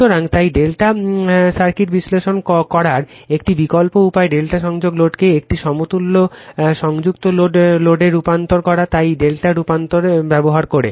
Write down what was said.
সুতরাং তাই ∆ সার্কিট বিশ্লেষণ করার একটি বিকল্প উপায় হল ∆ সংযুক্ত লোডকে একটি সমতুল্য সংযুক্ত লোডে রূপান্তর করা সেই ∆ রূপান্তর ব্যবহার করে